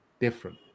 different